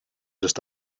just